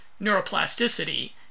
neuroplasticity